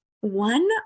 One